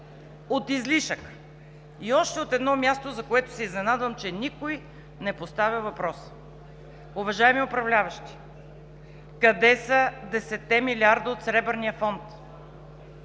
от излишъка. И още от едно място, за което се изненадвам, че никой не поставя въпроса: уважаеми управляващи, къде са 10-те милиарда от Сребърния фонд?